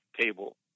table